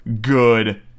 good